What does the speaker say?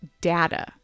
data